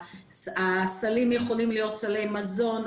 הסלים יכולים להיות סלי מזון,